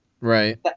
right